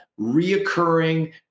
reoccurring